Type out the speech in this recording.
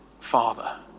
Father